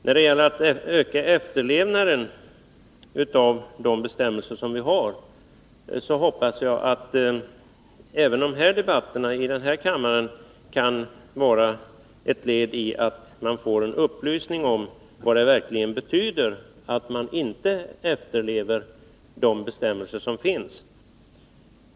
Vad beträffar att öka efterlevnaden av de bestämmelser som vi har hoppas jag att även debatterna här i kammaren kan vara ett led i en upplysning om vad det verkligen betyder, om man inte efterlever de bestämmelser som finns.